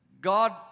God